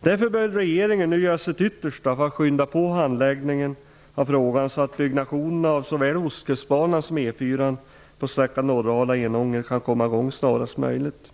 Därför bör regeringen nu göra sitt yttersta för att skynda på handläggningen av frågan, så att byggnationen av såväl Ostkustbanan som E 4 på sträckan Norrala-- Enånger kan komma i gång snarast möjligt.